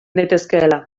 daitezkeela